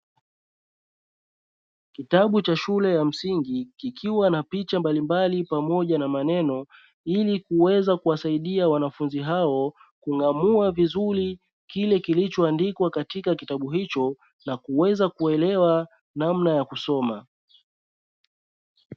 Kitabu cha shule ya msingi kikiwa na picha mbalimbali pamoja na maneno ili kuweza kuwasaidia wanafunzi hao kung`amua vizuri kile kilichoandikwa katika kitabu hicho na kuweza kuelewa namna ya kusoma.